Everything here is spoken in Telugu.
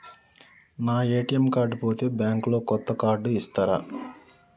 నా ఏ.టి.ఎమ్ కార్డు పోతే బ్యాంక్ లో కొత్త కార్డు ఇస్తరా?